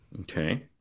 Okay